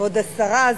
כבוד השרה,